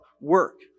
work